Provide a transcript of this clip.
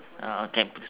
I can put